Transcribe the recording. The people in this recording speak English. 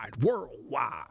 worldwide